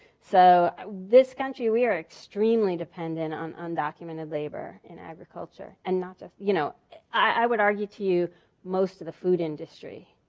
so this country, we are extremely dependent on undocumented labor in agriculture. and ah you know i would argue to you most of the food industry.